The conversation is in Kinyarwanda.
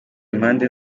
impande